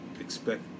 expect